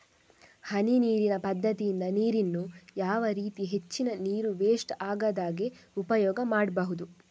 ಹನಿ ನೀರಿನ ಪದ್ಧತಿಯಿಂದ ನೀರಿನ್ನು ಯಾವ ರೀತಿ ಹೆಚ್ಚಿನ ನೀರು ವೆಸ್ಟ್ ಆಗದಾಗೆ ಉಪಯೋಗ ಮಾಡ್ಬಹುದು?